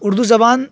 اردو زبان